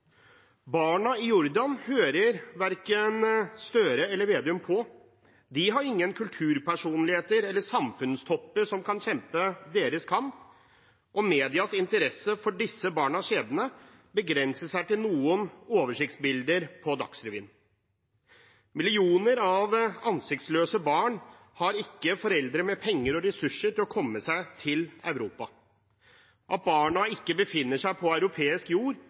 Barna i Jordan hører verken Gahr Støre eller Slagsvold Vedum på, de har ingen kulturpersonligheter eller samfunnstopper som kan kjempe deres kamp, og medias interesse for disse barnas skjebne begrenser seg til noen oversiktsbilder på Dagsrevyen. Millioner av ansiktsløse barn har ikke foreldre med penger og ressurser til å komme seg til Europa. At barna ikke befinner seg på europeisk jord,